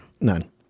None